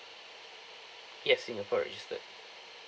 yes singapore registered